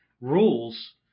rules